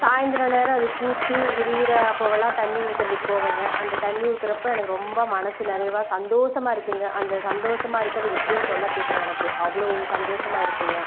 சாய்ந்திரம் நேரம் அது பூத்து விரியிற அப்போலாம் தண்ணி ஊற்றுறதுக்கு போவேங்க அந்த தண்ணி ஊற்றுறப்ப எனக்கு ரொம்ப மனசு நிறைவா சந்தோசமா இருக்குங்க அந்த சந்தோசமா இருக்கிறது எப்படின்னு சொல்லத் தெரியல எனக்கு அவ்வளவு சந்தோசமா இருக்குங்க